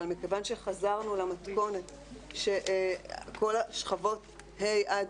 אבל מכיוון שחזרנו למתכונת שכל השכבות ה' עד